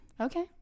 okay